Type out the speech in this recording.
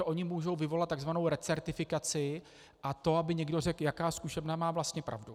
Oni můžou vyvolat tzv. recertifikaci a to, aby někdo řekl, jaká zkušebna má vlastně pravdu.